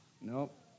Nope